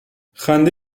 خنده